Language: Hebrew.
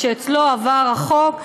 שאצלו עבר החוק,